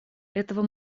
этого